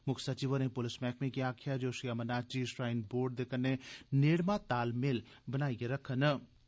मुक्ख सचिव होरें पुलस मैह्कमे गी आखेआ जे ओह् श्री अमरनाथजी श्राईन बोर्ड दे कन्नै नेड़मा तालमेल बनाइयै कम्म करै